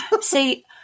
See